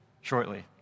shortly